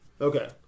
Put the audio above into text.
Okay